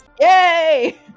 Yay